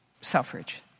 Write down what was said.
suffrage